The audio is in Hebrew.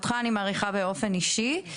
אני מעריכה אותך באופן אישי,